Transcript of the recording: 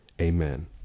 amen